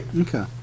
okay